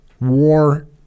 war